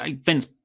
Vince